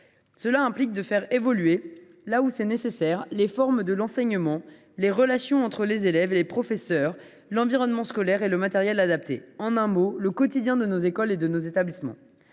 Cela implique de faire évoluer, là où c’est nécessaire, les formes de l’enseignement, les relations entre les élèves et les professeurs, l’environnement scolaire et le matériel adapté, en un mot : le quotidien de nos écoles et de nos établissements.